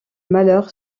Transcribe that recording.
malheur